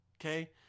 okay